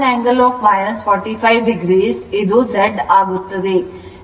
14 angle 45 Z ಆಗುತ್ತದೆ